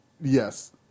yes